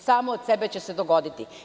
Samo od sebe će se dogoditi.